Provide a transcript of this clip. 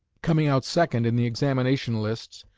coming out second in the examination lists,